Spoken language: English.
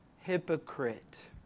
hypocrite